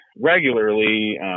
regularly